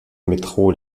métro